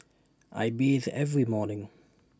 I bathe every morning